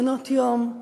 מעונות-יום,